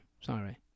Sorry